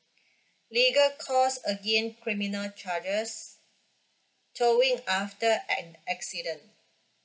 legal because agaisnt criminal charges towing after an accident